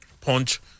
punch